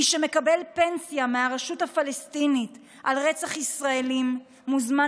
מי שמקבל פנסיה מהרשות הפלסטינית על רצח ישראלים מוזמן